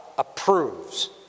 Approves